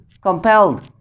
compelled